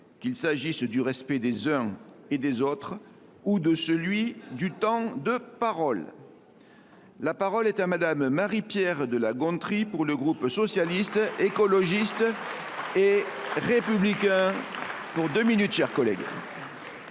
qu’il s’agisse du respect des uns et des autres ou de celui du temps de parole. La parole est à Mme Marie Pierre de La Gontrie, pour le groupe Socialiste, Écologiste et Républicain. Ma question s’adresse